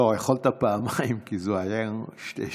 לא, יכולת פעמיים, כי אלה היו שתי שאילתות.